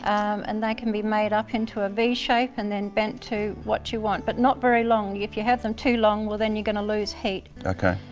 um and they can be made up up into a v shape and then bent to what you want but not very long. if you have them too long, well then you're going to loose heat. okay.